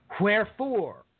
Wherefore